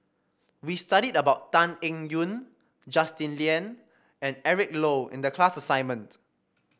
we studied about Tan Eng Yoon Justin Lean and Eric Low in the class assignment